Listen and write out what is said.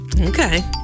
Okay